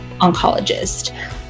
oncologist